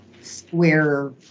square